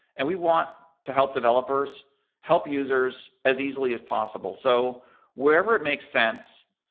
and we want to help developers help users as easily as possible. so wherever it makes sense,